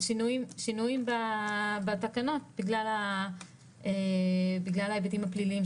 שינויים בתקנות בגלל ההיבטים הפליליים,